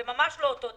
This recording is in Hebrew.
זה ממש לא אותו דבר,